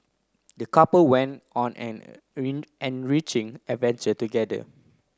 the couple went on an enriching adventure together